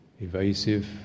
evasive